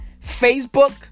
Facebook